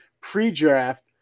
pre-draft